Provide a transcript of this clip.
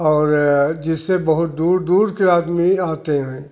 और जिससे बहुत दूर दूर के आदमी आते हैं